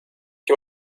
you